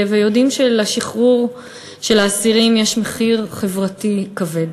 ויודעים שלשחרור של האסירים יש מחיר חברתי כבד.